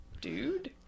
Dude